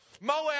Moab